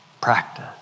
practice